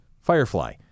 Firefly